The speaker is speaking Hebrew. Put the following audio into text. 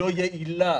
לא יעילה.